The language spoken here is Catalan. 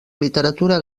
literatura